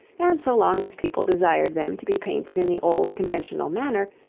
and so long as people desired them to be painted in the old conventional manner,